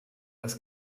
das